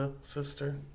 sister